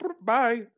Bye